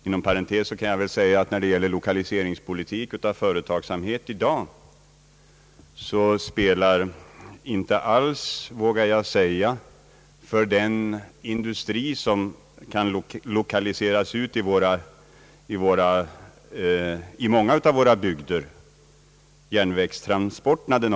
Inom parentes kan jag säga att när det gäller lokaliseringspolitik av företag i dag — det vågar jag påstå — spelar ofta inte järnvägstransporterna någon avgörande roll för de industrier som kan lokaliseras ut till många av våra bygder.